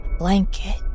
blanket